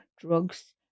drugs